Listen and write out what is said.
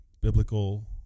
biblical